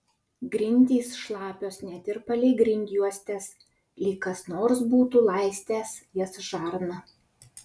grindys šlapios net ir palei grindjuostes lyg kas nors būtų laistęs jas žarna